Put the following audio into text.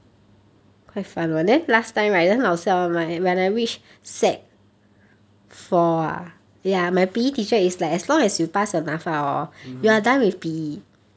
mmhmm